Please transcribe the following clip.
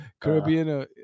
Caribbean